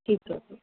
ਠੀਕ ਹੈ ਜੀ